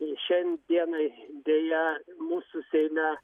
i šiandienai deja mūsų seime